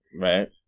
right